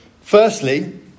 Firstly